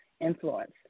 influence